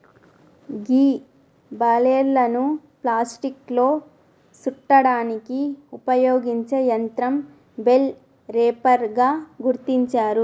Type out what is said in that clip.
గీ బలేర్లను ప్లాస్టిక్లో సుట్టడానికి ఉపయోగించే యంత్రం బెల్ రేపర్ గా గుర్తించారు